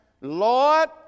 Lord